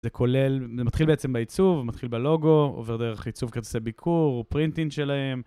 זה כולל, זה מתחיל בעצם בעיצוב, מתחיל בלוגו, עובר דרך עיצוב כרטיסי ביקור ופרינטינג שלהם.